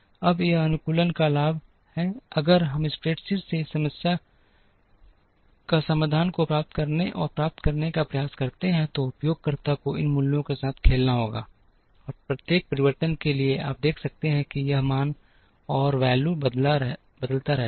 अब यह अनुकूलन का लाभ है अगर हम स्प्रेडशीट से इस समाधान को प्राप्त करने और प्राप्त करने का प्रयास करते हैं तो उपयोगकर्ता को इन मूल्यों के साथ खेलना होगा और प्रत्येक परिवर्तन के लिए आप देख सकते हैं कि यह मान बदलता रहता है